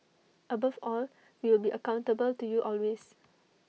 above all we will be accountable to you always